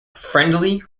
friendly